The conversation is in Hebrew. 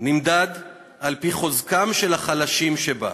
נמדד על-פי חוזקם של החלשים שבה.